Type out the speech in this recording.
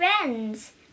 friends